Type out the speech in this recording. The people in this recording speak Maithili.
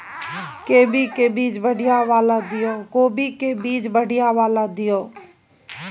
कोबी के बीज बढ़ीया वाला दिय?